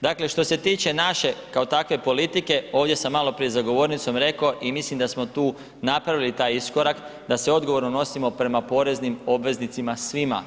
Dakle, što se tiče naše kao takve politike, ovdje sam maloprije za govornicom rekao i mislim da smo tu napravili taj iskorak da se odgovorno nosimo prema poreznim obveznicima svima.